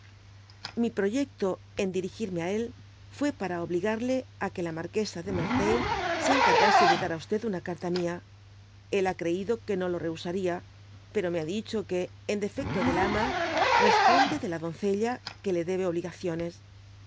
mi proyecto en dirigirme á él fué para obligarle á que la marquesa de hertenil se encargase de dar á una carta mia él ha creido que no lo rehusaría pero me ha dicho que en defecto del ama responde de la doncella que le debe obligaciones